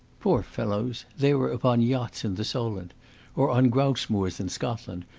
poor fellows, they were upon yachts in the solent or on grouse-moors in scotland,